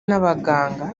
n’abaganga